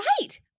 Right